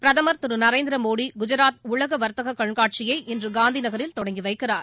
பிரதம் திரு நரேந்திரமோடி குஜராத் உலக வாத்தக கண்காட்சியை இன்று காந்திநகரில் தொடங்கி வைக்கிறார்